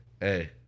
hey